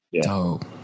Dope